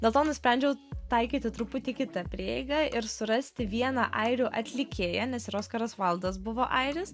dėl to nusprendžiau taikyti truputį kitą prieigą ir surasti viena airių atlikėja nes ir oskaras vaildas buvo airis